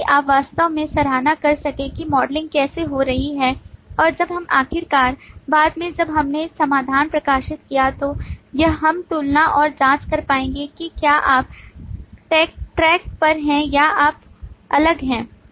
ताकि आप वास्तव में सराहना कर सकें कि मॉडलिंग कैसे हो रही है और जब हम आखिरकार बाद में जब हमने समाधान प्रकाशित किया तो हम तुलना और जांच कर पाएंगे कि क्या आप ट्रैक पर हैं या आप अलग हैं